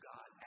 God